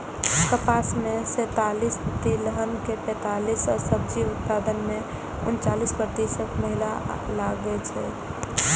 कपास मे सैंतालिस, तिलहन मे पैंतालिस आ सब्जी उत्पादन मे उनचालिस प्रतिशत महिला लागल छै